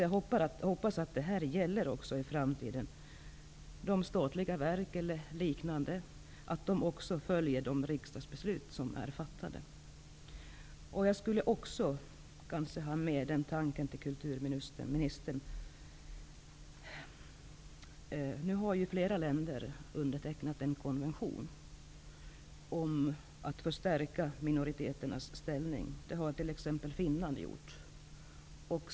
Jag hoppas att detta också gäller i framtiden och att statliga verk osv. följer de riksdagsbeslut som är fattade. Jag skulle också vilja skicka med en tanke till kulturministern. Nu har ju flera länder undertecknat en konvention om att förstärka minoriteternas ställning. Det har t.ex. Finland gjort.